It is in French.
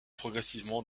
progressivement